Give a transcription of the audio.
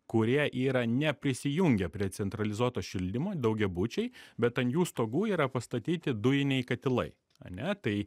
kurie yra neprisijungę prie centralizuoto šildymo daugiabučiai bet ant jų stogų yra pastatyti dujiniai katilai ane tai